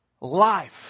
life